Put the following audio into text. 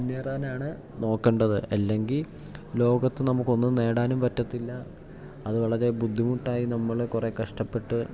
മുന്നേറാനാണ് നോക്കേണ്ടത് അല്ലെങ്കിൽ ലോകത്ത് നമുക്ക് ഒന്നും നേടാനും പറ്റത്തില്ല അത് വളരെ ബുദ്ധിമുട്ടായി നമ്മൾ കുറേ കഷ്ടപ്പെട്ട്